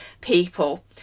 people